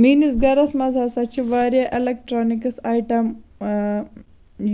میٲنِس گرَس منٛز ہسا چھِ واریاہ ایٚلیٚکٹرانِکٕس ایٹم اۭں